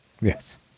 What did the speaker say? yes